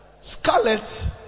scarlet